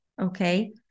okay